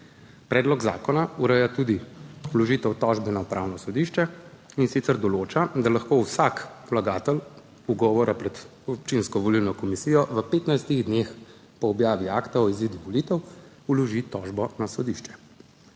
Predlog zakona ureja tudi vložitev tožbe na Upravno sodišče, in sicer določa, da lahko vsak vlagatelj ugovora pred občinsko volilno komisijo v 15 dneh po objavi akta o izidu volitev vloži tožbo na sodišče.